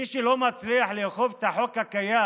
מי שלא מצליח לאכוף את החוק הקיים